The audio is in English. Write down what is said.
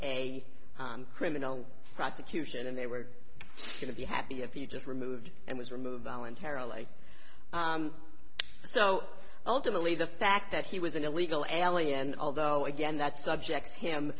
a criminal prosecution and they were going to be happy if you just removed and was removed voluntarily so ultimately the fact that he was an illegal alien although again that subjects him